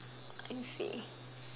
I see